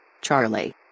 Charlie